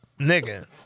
Nigga